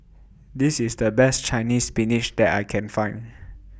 This IS The Best Chinese Spinach that I Can Find